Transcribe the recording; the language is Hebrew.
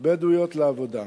בדואיות לעבודה.